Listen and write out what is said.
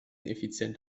effizient